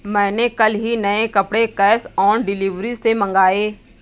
मैंने कल ही नए कपड़े कैश ऑन डिलीवरी से मंगाए